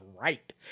right